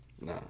Nah